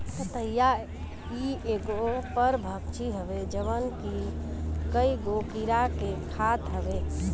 ततैया इ एगो परभक्षी हवे जवन की कईगो कीड़ा के खात हवे